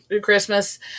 Christmas